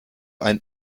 ein